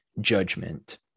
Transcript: judgment